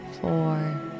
Four